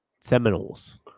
Seminoles